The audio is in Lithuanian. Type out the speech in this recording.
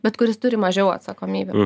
bet kuris turi mažiau atsakomybių